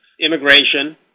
immigration